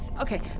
okay